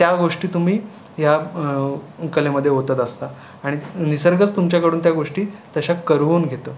त्या गोष्टी तुम्ही ह्या कलेमध्ये ओतत असता आणि निसर्गच तुमच्याकडून त्या गोष्टी तशा करवून घेतं